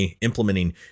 implementing